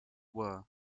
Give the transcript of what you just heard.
were